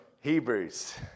Hebrews